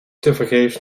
tevergeefs